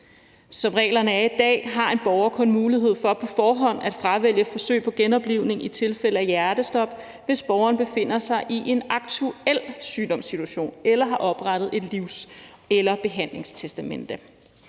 Som reglerne er i dag, har en borger kun mulighed for på forhånd at fravælge forsøg på genoplivning i tilfælde af hjertestop, hvis borgeren befinder sig i en aktuel sygdomssituation eller har oprettet et livs- eller behandlingstestamente.